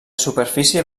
superfície